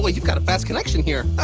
like you've got a fast connection here.